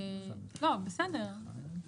בסדר,